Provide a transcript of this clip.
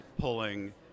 pulling